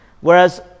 Whereas